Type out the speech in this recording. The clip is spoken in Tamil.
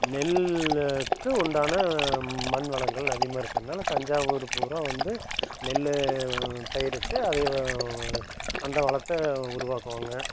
நெல்லுக்கு உண்டான மண் வளங்கள் அதிகமாக இருக்கிறதுனால தஞ்சாவூர் பூரா வந்து நெல் பயிரிட்டு அதை அந்த வளத்தை உருவாக்குவாங்க